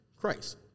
Christ